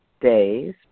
days